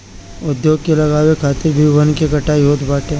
उद्योग के लगावे खातिर भी वन के कटाई होत बाटे